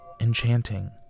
enchanting